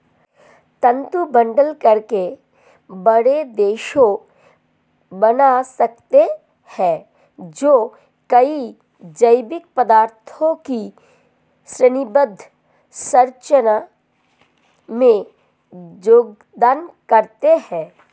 तंतु बंडल करके बड़े रेशे बना सकते हैं जो कई जैविक पदार्थों की श्रेणीबद्ध संरचना में योगदान करते हैं